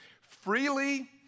Freely